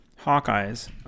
Hawkeyes